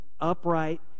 upright